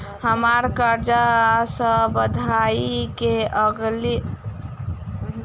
हम्मर कर्जा सधाबई केँ अगिला तारीख बताऊ?